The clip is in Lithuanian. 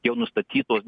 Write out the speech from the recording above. jau nustatytos